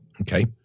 Okay